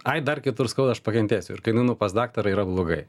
ai dar kitur skauda aš pakentėsiu ir kai nueinu pas daktarą yra blogai